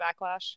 backlash